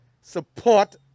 support